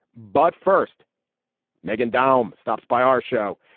but first meghan down stops by our show.